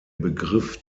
begriff